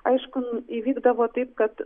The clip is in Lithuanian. aišku įvykdavo taip kad